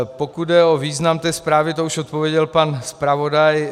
Pokud jde o význam té zprávy, to už odpověděl pan zpravodaj.